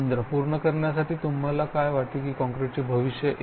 रवींद्र पूर्ण करण्यासाठी तुम्हाला काय वाटते काँक्रीटचे भविष्य